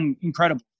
incredible